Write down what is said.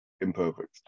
imperfect